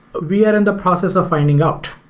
we are in the process of finding out.